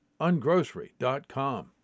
ungrocery.com